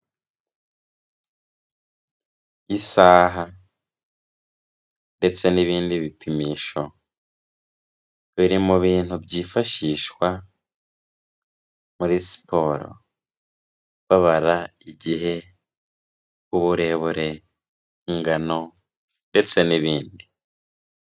Isaha ndetse n'ibindi bipimisho biri mu bintu byifashishwa muri siporo babara igihe, uburebure, ingano ndetse n'ibindi.